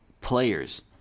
players